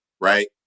right